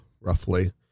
roughly